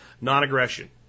non-aggression